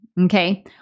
okay